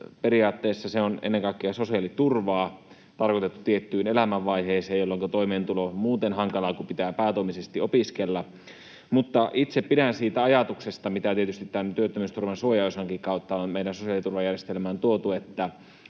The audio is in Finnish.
periaatteessa tietysti ennen kaikkea sosiaaliturvaa, tarkoitettu tiettyyn elämänvaiheeseen, jolloinka toimeentulo on muuten hankalaa, kun pitää päätoimisesti opiskella. Mutta itse pidän siitä ajatuksesta, mitä tietysti tämän työttömyysturvan suojaosankin kautta on meidän sosiaaliturvajärjestelmäämme tuotu, että